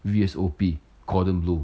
V_S_O_P Cordon Bleu